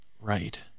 Right